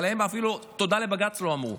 אבל הם אפילו תודה לבג"ץ לא אמרו.